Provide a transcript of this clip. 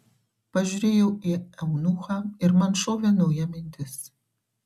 pažiūrėjau į eunuchą ir man šovė nauja mintis